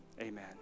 amen